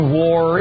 war